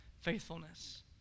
faithfulness